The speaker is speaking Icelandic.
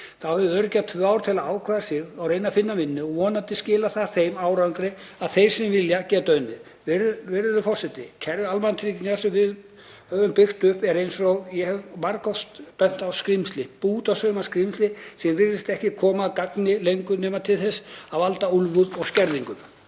Þá hafa öryrkjar tvö ár til að ákveða sig, reyna að finna vinnu og vonandi skilar það þeim árangri að þeir sem vilja geta unnið. Virðulegur forseti. Kerfi almannatrygginga sem við höfum byggt upp er, eins og ég hef margoft bent á, skrímsli, bútasaumaskrímsli sem virðist ekki koma að gagni lengur nema til þess að valda úlfúð og skerðingum.